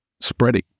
spreading